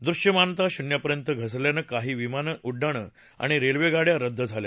दृश्यमानता शून्यापर्यंत घसरल्यानं काही विमान उड्डाणं आणि रेल्वेगाड्या रद्द झाल्या